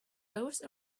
those